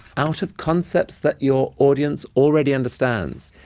out of concepts that your audience already understands.